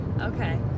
okay